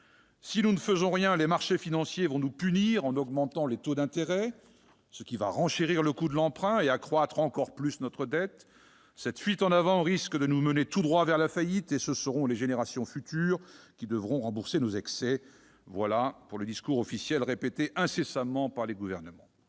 si nous ne faisons rien les marchés financiers vont nous punir en augmentant les taux d'intérêt, ce qui renchérira le coût de l'emprunt et accroîtra encore plus notre dette ; cette fuite en avant risque de nous mener tout droit vers la faillite et ce seront les générations futures qui devront rembourser nos excès. Tel est le discours officiel constamment répété par les gouvernements.